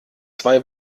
zwei